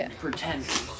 pretend